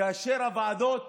כאשר הוועדות